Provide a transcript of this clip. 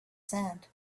sand